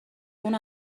اونو